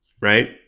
right